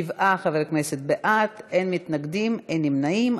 שבעה חברי כנסת בעד, אין מתנגדים, אין נמנעים.